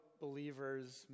believers